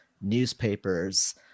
newspapers